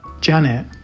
Janet